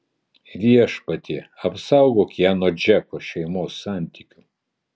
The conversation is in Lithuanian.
viešpatie apsaugok ją nuo džeko šeimos santykių